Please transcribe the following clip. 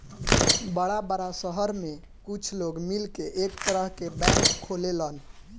बड़ा बड़ा सहर में कुछ लोग मिलके एक तरह के बैंक खोलेलन